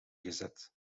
gezet